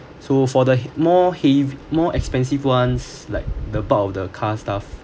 so for the more heav~ more expensive ones like the bulk of the car stuff